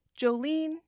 Jolene